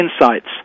insights